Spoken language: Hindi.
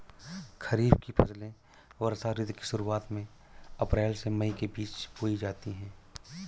खरीफ की फसलें वर्षा ऋतु की शुरुआत में अप्रैल से मई के बीच बोई जाती हैं